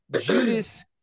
Judas